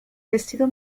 vestido